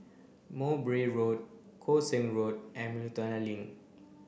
Mowbray Road Koon Seng Road and Miltonia Link